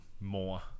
more